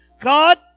God